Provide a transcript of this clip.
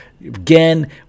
again